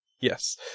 yes